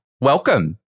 Welcome